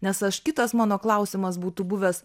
nes aš kitas mano klausimas būtų buvęs